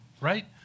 Right